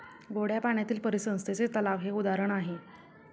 गोड्या पाण्यातील परिसंस्थेचे तलाव हे उदाहरण आहे